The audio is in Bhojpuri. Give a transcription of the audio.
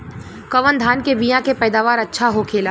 कवन धान के बीया के पैदावार अच्छा होखेला?